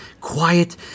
quiet